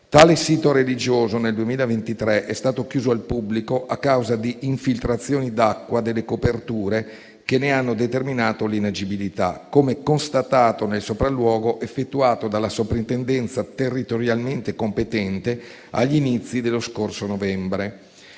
Tale sito religioso, nel 2023, è stato chiuso al pubblico a causa di infiltrazioni d'acqua delle coperture che ne hanno determinato l'inagibilità, come constatato nel sopralluogo effettuato dalla soprintendenza territorialmente competente agli inizi dello scorso novembre.